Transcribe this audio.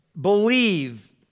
believe